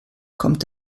kommt